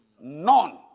None